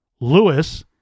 Lewis